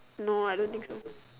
no I don't think so